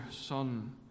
Son